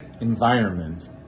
environment